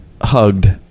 hugged